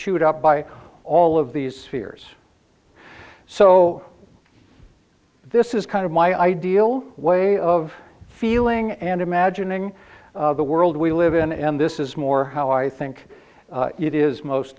chewed up by all of these spheres so this is kind of my ideal way of feeling and imagining the world we live in and this is more how i think it is most